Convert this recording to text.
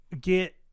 get